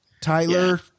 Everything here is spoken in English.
Tyler